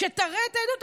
שתראה את העדות,